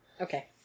okay